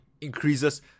increases